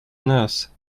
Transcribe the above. nurse